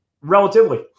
relatively